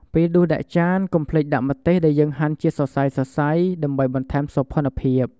ពេលដួសដាក់ចាន កុំភ្លេចដាក់ម្ទេសដែលយើងហាន់ជាសរសៃៗ ដើម្បីបន្ថែមសោភ័ណភាព។